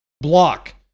Block